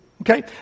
Okay